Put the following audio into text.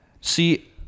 See